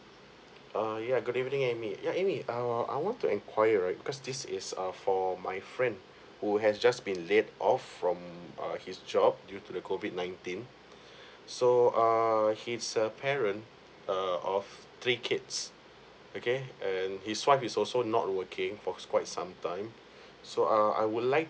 err yeah good evening amy yeah amy err I want to enquire right because this is uh for my friend who has just been laid off from err his job due to the COVID nineteen so err he's a parent uh of three kids okay and his wife is also not working for quite some time so err I would like